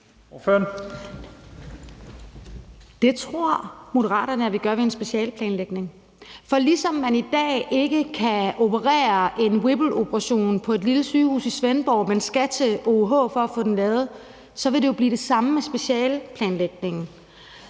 Det tror Moderaterne at vi gør ved en specialeplanlægning. For ligesom man i dag ikke kan udføre en whippleoperation på et lille sygehus i Svendborg, men skal til OUH for at få den lavet, vil det jo blive det samme med specialeplanlægningen.